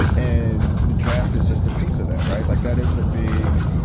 and the draft is just a piece of that. right. like that is a big